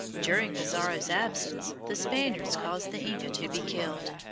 during pizarro's absence the spaniards caused the inca to be killed,